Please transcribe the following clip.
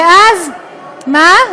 ואז, מה?